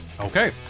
Okay